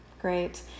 great